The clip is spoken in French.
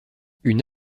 une